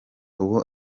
ubu